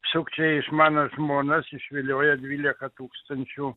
sukčiai iš mano žmonos išviliojo dvylika tūkstančių